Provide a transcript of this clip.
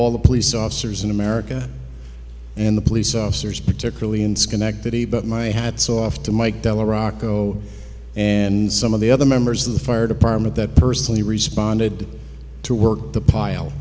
all the police officers in america and the police officers particularly in schenectady but my hat's off to mike del iraq oh and some of the other members of the fire department that personally responded to work on the pile